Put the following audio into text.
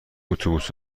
اتوبوس